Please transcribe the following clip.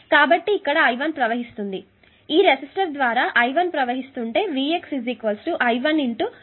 కాబట్టి I1 ఇక్కడ ప్రవహిస్తుంది ఈ రెసిస్టర్ ద్వారా I1 ప్రవహిస్తుంటే Vx I1 5 కిలో Ω అవుతుంది I1 తెలియదు